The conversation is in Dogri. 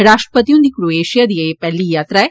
राश्ट्रपति हुन्दी क्रोएषिया दी एह पैहली यात्रा ऐ